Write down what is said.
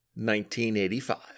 1985